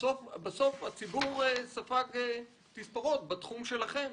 בסוף הציבור ספג תספורות בתחום שלכם.